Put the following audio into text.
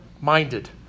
minded